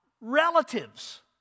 relatives